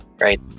Right